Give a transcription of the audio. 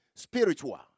Spiritual